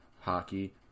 hockey